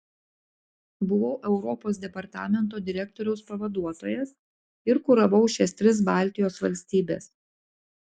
buvau europos departamento direktoriaus pavaduotojas ir kuravau šias tris baltijos valstybes